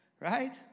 right